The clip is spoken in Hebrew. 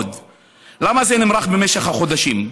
למה זה נמרח במשך חודשים?